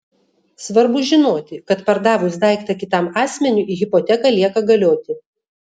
svarbu žinoti kad pardavus daiktą kitam asmeniui hipoteka lieka galioti